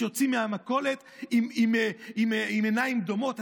שיוצאים מהמכולת עם עיניים דומעות.